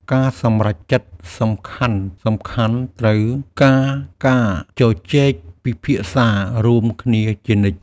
ការសម្រេចចិត្តសំខាន់ៗត្រូវការការជជែកពិភាក្សារួមគ្នាជានិច្ច។